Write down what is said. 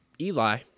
Eli